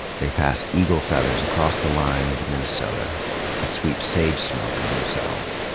they pass eagle feathers across the line into minnesota and sweep sage smoke on themselves.